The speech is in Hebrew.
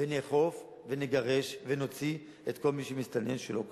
ונאכוף ונגרש ונוציא את כל מי שמסתנן שלא כחוק.